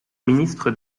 ministre